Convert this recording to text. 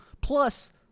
Plus